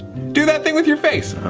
do that thing with your face.